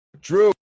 Drew